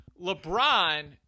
LeBron